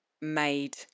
made